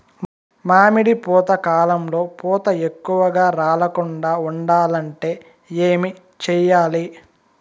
మామిడి పూత కాలంలో పూత ఎక్కువగా రాలకుండా ఉండాలంటే ఏమి చెయ్యాలి?